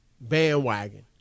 bandwagon